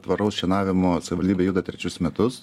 tvaraus šienavimo savivaldybė juda trečius metus